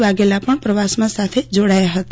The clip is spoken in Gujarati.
વાઘેલા પણ પ્રવાસમાં સાથે જોડાયા હતા